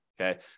Okay